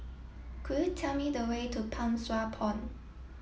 could you tell me the way to Pang Sua Pond